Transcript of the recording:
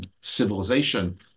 civilization